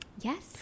Yes